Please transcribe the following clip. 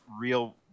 real